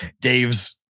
dave's